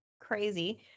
crazy